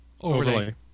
Overlay